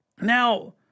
Now